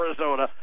Arizona